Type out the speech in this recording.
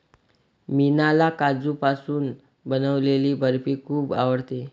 मीनाला काजूपासून बनवलेली बर्फी खूप आवडते